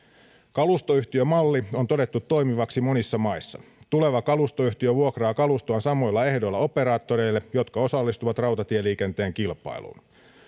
kalustoyhtiömalli on todettu toimivaksi monissa maissa tuleva kalustoyhtiö vuokraa kalustoaan samoilla ehdoilla operaattoreille jotka osallistuvat rautatieliikenteen kilpailuun